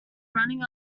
running